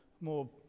more